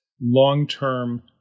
long-term